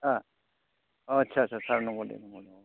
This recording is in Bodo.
अ आच्चा आच्चा सार नंगौ दे